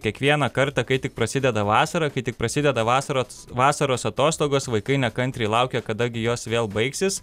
kiekvieną kartą kai tik prasideda vasara kai tik prasideda vasaros vasaros atostogos vaikai nekantriai laukia kada gi jos vėl baigsis